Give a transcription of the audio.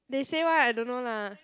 they say [one] I don't know lah